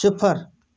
صِفر